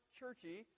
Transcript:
churchy